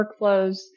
workflows